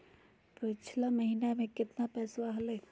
पिछला महीना मे कतना पैसवा हलय?